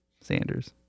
Sanders